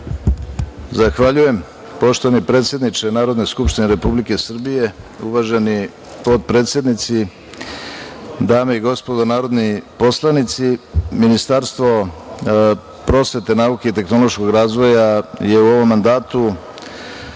Zahvaljujem, poštovani predsedniče Narodne skupštine Republike Srbije. Uvaženi potpredsednici, dame i gospodo narodni poslanici, Ministarstvo prosvete, nauke i tehnološkog razvoja je u ovom mandatu